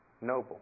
noble